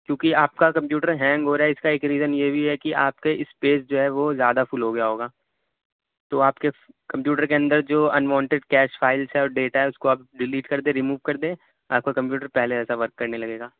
کیونکہ آپ کا کمپیوٹر ہینگ ہو رہا ہے اس کا ایک ریزن یہ بھی ہے کہ آپ کے اسپیس جو ہے وہ زیادہ فل ہو گیا ہوگا تو آپ کے کمپیوٹر کے اندر جو ان وانٹیڈ کیچ فائلس ہیں اور ڈیٹا ہے اس کو آپ ڈیلیٹ کر دیں رموو کر دیں آپ کا کمپیوٹر پہلے سا ورک کرنے لگے گا